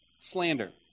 slander